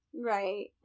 Right